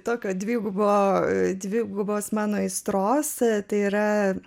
tokią dvigubą dvigubos mano aistros tai yra